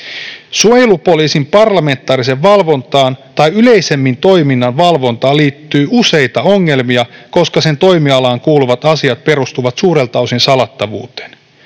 Suojelupoliisin parlamentaariseen valvontaan tai yleisemmin toiminnan valvontaan liittyy useita ongelmia, koska sen toimialaan kuuluvat asiat perustuvat suurelta osin salattavuuteen.